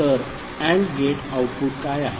तर AND gate output काय आहे